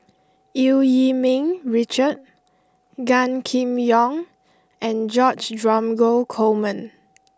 Eu Yee Ming Richard Gan Kim Yong and George Dromgold Coleman